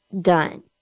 done